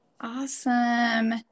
Awesome